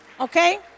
Okay